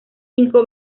cinco